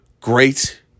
great